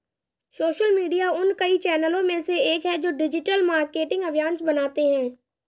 social media उन कई चैनलों में से एक है जो डिजिटल मार्केटिंग अभियान बनाते हैं